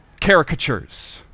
Caricatures